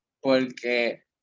Porque